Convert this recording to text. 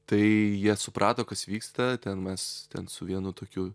tai jie suprato kas vyksta ten mes ten su vienu tokiu